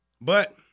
But-